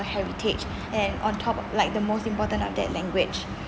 heritage and on top like the most important of that language